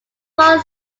paul